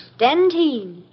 Dentine